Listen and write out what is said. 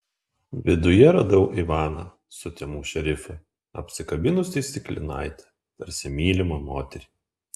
viduje radau ivaną sutemų šerifą apsikabinusį stiklinaitę tarsi mylimą moterį